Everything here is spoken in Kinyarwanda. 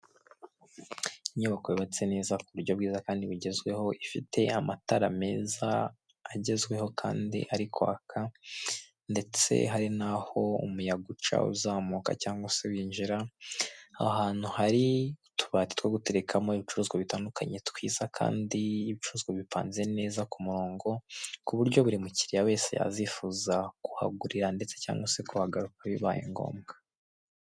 Inyubako yubatse neza ku buryo bwiza kandi bigezweho ifite amatara meza agezweho kandi ariko kwaka ndetse hari n'aho umuyaga uca uzamuka cyangwa se w'injira ahantu hari utubati two guterekamo ibicuruzwa bitandukanye twiza kandi ibicuruzwa bipanze neza ku murongo ku buryo buri mukiriya wese yazifuza kuhagurira ndetse cyangwa se kugaruka bibaye ngombwa.